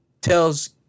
tells